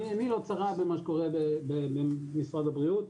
עיני לא צרה במה שקורה במשרד הבריאות.